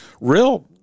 real